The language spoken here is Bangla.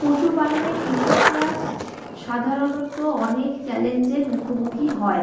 পশুপালনে কৃষকরা সাধারণত অনেক চ্যলেঞ্জের মুখোমুখি হয়